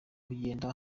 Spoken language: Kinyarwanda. kugenda